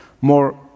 More